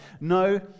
No